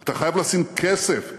אתה חייב לשים כסף.